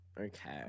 Okay